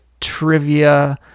trivia